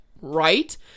right